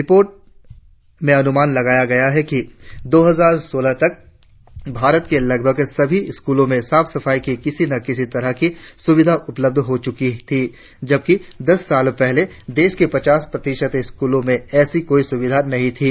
report में अनुमान लगाया गया है कि दो हजार सोलह तक भारत के लगभग सभी स्कूलों में साफ सफाई की किसी न किसी तरह की सुविधाए उपलब्ध हो चुकी थी जबकि दस साल पहले देश के पचास प्रतिशत स्कूलों में एसी कोई सुविधा नहीं थी